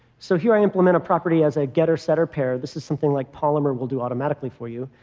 so here i implement a property as a getter, setter pair. this is something like polymer will do automatically for you.